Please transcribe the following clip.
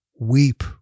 weep